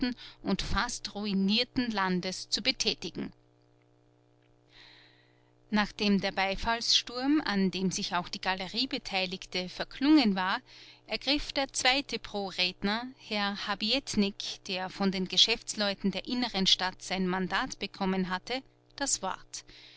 und fast ruinierten landes zu betätigen nachdem der beifallssturm an dem sich auch die galerie beteiligte verklungen war ergriff der zweite pro redner herr habietnik der von den geschäftsleuten der inneren stadt sein mandat bekommen hatte das wort